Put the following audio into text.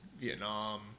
Vietnam